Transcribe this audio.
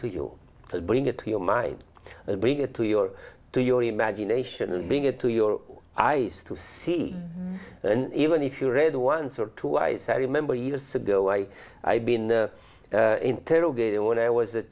to you to bring it to your mind and bring it to your to your imagination and bring it to your eyes to see and even if you read once or twice i remember years ago i had been interrogated when i was a